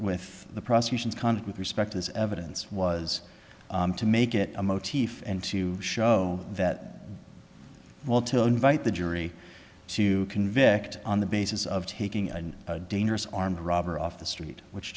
with the prosecution's conduct with respect to this evidence was to make it a motif and to show that well to invite the jury to convict on the basis of taking a dangerous armed robber off the street which